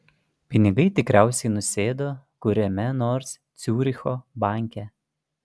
pinigai tikriausiai nusėdo kuriame nors ciuricho banke